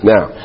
Now